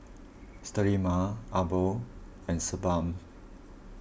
Sterimar Abbott and Sebamed